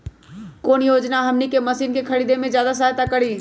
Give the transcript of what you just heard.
कौन योजना हमनी के मशीन के खरीद में ज्यादा सहायता करी?